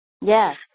Yes